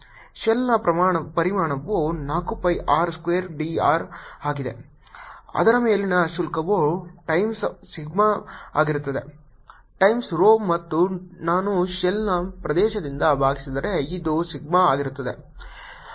ಶೆಲ್ನ ಪರಿಮಾಣವು 4 pi r square d r ಆಗಿದೆ ಇದರ ಮೇಲಿನ ಶುಲ್ಕವು ಟೈಮ್ಸ್ ಸಿಗ್ಮಾ ಆಗಿರುತ್ತದೆ ಟೈಮ್ಸ್ rho ಮತ್ತು ನಾನು ಶೆಲ್ನ ಪ್ರದೇಶದಿಂದ ಭಾಗಿಸಿದರೆ ಇದು ಸಿಗ್ಮಾ ಆಗಿರುತ್ತದೆ